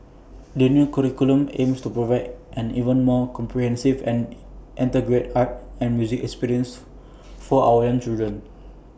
the new curriculum aims to provide an even more comprehensive and integrated art and music experience for our young children